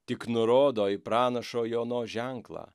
tik nurodo į pranašo jonos ženklą